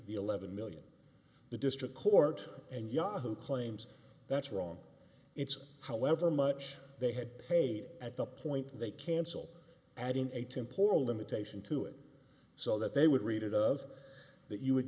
fee eleven million the district court and yahoo claims that's wrong it's however much they had paid at the point they cancel adding a temp or limitation to it so that they would read it of that you would